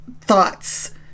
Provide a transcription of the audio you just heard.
thoughts